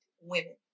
women